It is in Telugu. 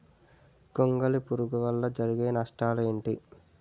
గొంగళి పురుగు వల్ల జరిగే నష్టాలేంటి?